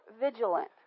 vigilant